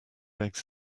eggs